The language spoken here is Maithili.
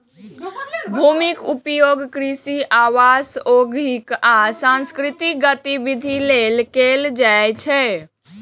भूमिक उपयोग कृषि, आवास, औद्योगिक आ सांस्कृतिक गतिविधि लेल कैल जाइ छै